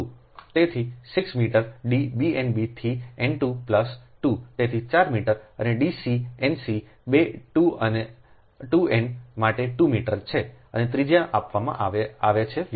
તેથી 6 metre D bnb થી n 2 plus 2 તેથી 4 મીટર અને D c n c 2 N માટે 2 મીટર છે અને ત્રિજ્યા આપવામાં આવે છે વ્યાસ આપવામાં આવે છે